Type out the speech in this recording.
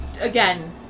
Again